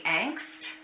angst